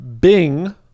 Bing